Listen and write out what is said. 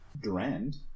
durand